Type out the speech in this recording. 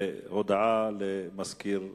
הודעה לסגן מזכיר הכנסת.